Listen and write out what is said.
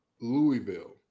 Louisville